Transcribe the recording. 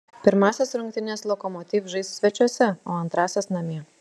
pirmąsias rungtynes lokomotiv žais svečiuose o antrąsias namie